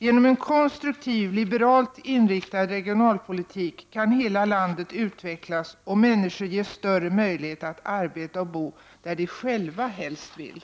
Genom en konstruktiv, liberalt inriktad regionalpolitik kan hela landet utvecklas och människor ges större möjlighet att arbeta och bo där de själva helst vill.